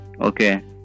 okay